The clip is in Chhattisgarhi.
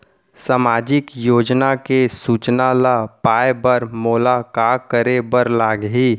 सामाजिक योजना के सूचना ल पाए बर मोला का करे बर लागही?